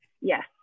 Yes